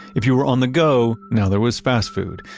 if you were on the go, now there was fast food.